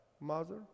mother